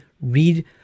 read